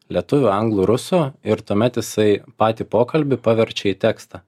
lietuvių anglų rusų ir tuomet jisai patį pokalbį paverčia į tekstą